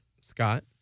Scott